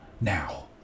now